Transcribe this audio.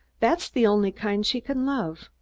that's the only kind she can love.